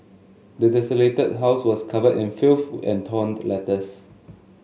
the desolated house was covered in filth and torn letters